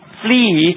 flee